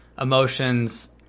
Emotions